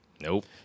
Nope